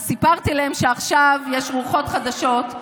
אז סיפרתי להם שעכשיו יש רוחות חדשות,